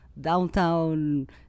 Downtown